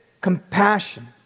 compassion